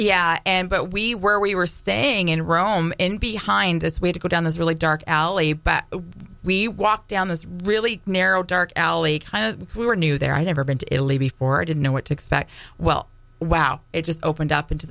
yeah and but we were we were staying in rome n p hind this way to go down this really dark alley we walked down this really narrow dark alley kind of we were new there i'd never been to italy before i didn't know what to expect well wow it just opened up into